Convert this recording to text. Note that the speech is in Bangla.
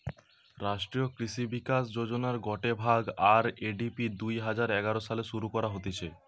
রাষ্ট্রীয় কৃষি বিকাশ যোজনার গটে ভাগ, আর.এ.ডি.পি দুই হাজার এগারো সালে শুরু করা হতিছে